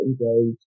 engage